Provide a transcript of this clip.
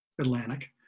atlantic